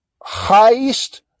highest